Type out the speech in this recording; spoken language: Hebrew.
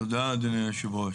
תודה אדוני היושב-ראש.